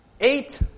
eight